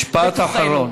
משפט אחרון.